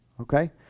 okay